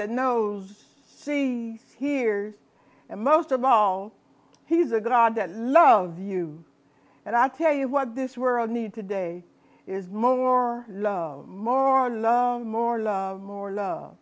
and knows she hears and most of all he's a god that loves you and i tell you what this world need today is more love more love more love more love